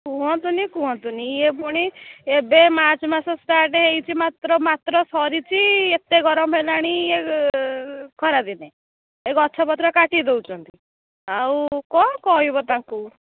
କୁହନ୍ତୁନି କୁହନ୍ତୁନି ଇଏ ପୁଣି ଏବେ ମାର୍ଚ୍ଚ ମାସ ଷ୍ଟାର୍ଟ ହେଇଛି ମାତ୍ର ମାତ୍ର ସରିଚି ଏତେ ଗରମ ହେଲାଣି ଇଏ ଖରାଦିନେ ଏ ଗଛପତ୍ର କାଟି ଦେଉଛନ୍ତି ଆଉ କ'ଣ କହିବ ତାଙ୍କୁ